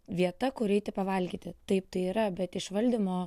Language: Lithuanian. vieta kur eiti pavalgyti taip tai yra bet iš valdymo